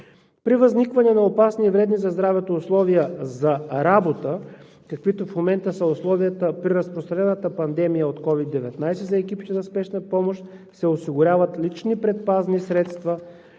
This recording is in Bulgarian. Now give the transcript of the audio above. При възникване на опасни и вредни за здравето условия за работа, каквито в момента са условията при разпространената пандемия от COVID-19, за екипите на спешна медицинска помощ се осигуряват лични предпазни средства